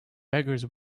beggars